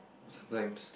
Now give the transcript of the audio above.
sometimes